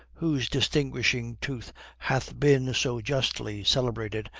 whose distinguishing tooth hath been so justly celebrated,